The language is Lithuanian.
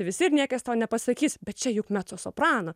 visi ir niekas tau nepasakys bet čia juk mecosoprano